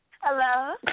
Hello